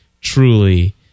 truly